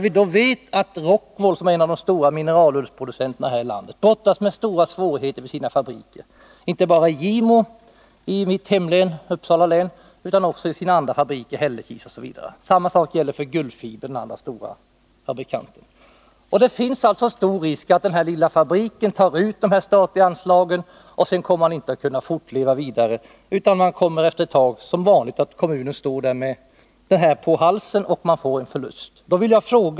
Vi vet att Rockwool, som är en av de stora mineralullsproducenterna här i landet, brottas med stora svårigheter för sina fabriker, inte bara i Gimo i Uppsala län utan också i Hällekis. Detsamma gäller för den andra stora fabrikanten, Gullfiber. Det finns stor risk att den här lilla fabriken tar ut de statliga anslagen och sedan inte kommer att leva vidare. Efter ett tag kommer det att bli som vanligt — kommunen står där med fabriken på halsen och man får en förlust.